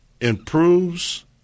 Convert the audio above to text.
improves